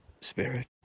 spirit